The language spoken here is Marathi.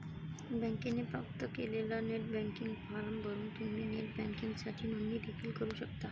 बँकेने प्राप्त केलेला नेट बँकिंग फॉर्म भरून तुम्ही नेट बँकिंगसाठी नोंदणी देखील करू शकता